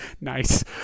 Nice